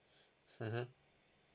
mmhmm